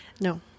no